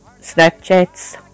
snapchats